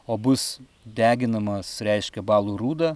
o bus deginamas reiškia balų rūda